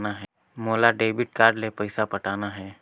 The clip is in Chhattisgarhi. मोला डेबिट कारड ले पइसा पटाना हे?